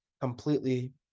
completely